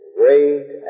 great